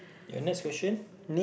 your next question